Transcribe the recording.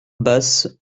basses